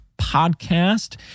Podcast